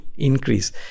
increase